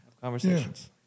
conversations